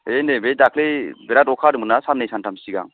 है नै बे दाख्लै बिराथ अखा होदोंमोन ना साननै सानथाम सिगां